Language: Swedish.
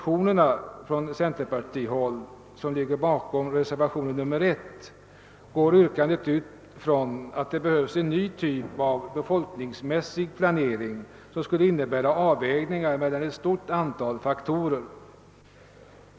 I de centerpartimotioner som ligger till grund för reservationen 1 vid det nyssnämnda utlåtandet utgår yrkandena från att det behövs en ny typ av befolkningsmässig planering som skulle innebära avvägningar mellan ett stort antal faktorer.